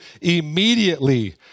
immediately